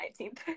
19th